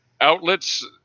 Outlets